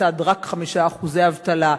בצד רק 5% אבטלה.